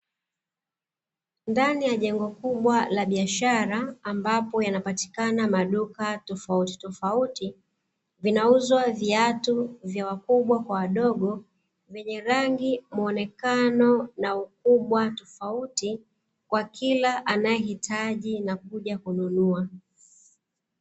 Ndani ya jengo kubwa la biashara ambapo yanayopatikana majengo tofauti tofauti vinauzwa viatu vya wakubwa kwa wadogo, venye rangi mwenekano na rangi tofauti tofauti kwa kila anayehitaji na kuja kununua.